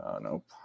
nope